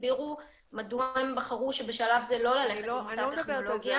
שהסבירו מדוע הם בחרו שבשלב זה לא ללכת עם אותה טכנולוגיה.